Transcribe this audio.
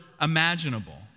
imaginable